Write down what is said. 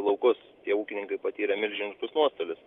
laukus tie ūkininkai patyrė milžiniškus nuostolius